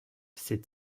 ses